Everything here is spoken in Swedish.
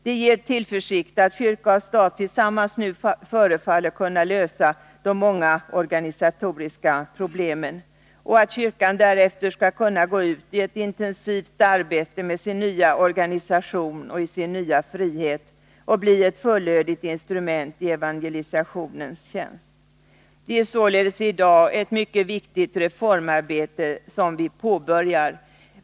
Det ger tillförsikt att kyrka och stat tillsammans nu förefaller kunna lösa de många organisatoriska problemen och att kyrkan därefter skall kunna gå ut i ett intensivt arbete med sin nya organisation och i sin nya frihet och bli ett fullödigt instrument i evangelisationens tjänst. Det är således i dag ett mycket viktigt reformarbete som påbörjas.